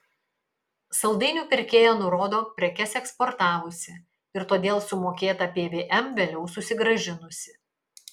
saldainių pirkėja nurodo prekes eksportavusi ir todėl sumokėtą pvm vėliau susigrąžinusi